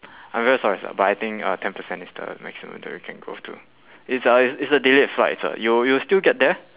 I'm very sorry sir but I think uh ten percent is the maximum that we can go to it's a it's it's a delayed flight sir you will still get there